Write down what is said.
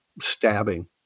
stabbing